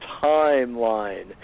timeline